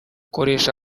koresha